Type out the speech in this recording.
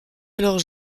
alors